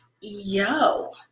yo